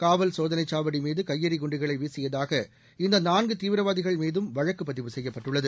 காவல் சோதனைச் சாவடிமீது கையெறி குண்டுகளை வீசியதாக இந்த நான்கு தீவிரவாதிகள்மீதும் வழக்குப் பதிவு செய்யப்பட்டுள்ளது